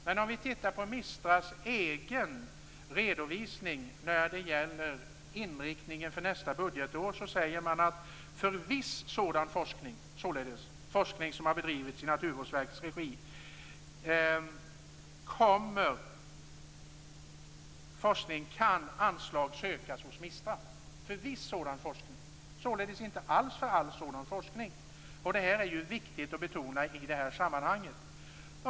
Men om vi tittar på MISTRA:s egen redovisning när det gäller inriktningen för nästa budgetår finner vi att man säger att för viss sådan forskning - således forskning som har bedrivits i Naturvårdsverkets regi - kan anslag sökas hos MISTRA. För viss sådan forskning, således inte alls för all sådan forskning. Det här är viktigt att betona i det här sammanhanget.